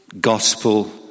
gospel